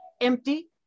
empty